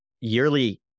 yearly